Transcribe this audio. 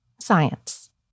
science